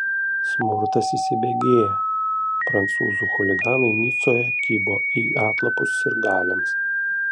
smurtas įsibėgėja prancūzų chuliganai nicoje kibo į atlapus sirgaliams